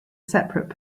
separate